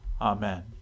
Amen